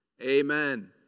Amen